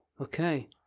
Okay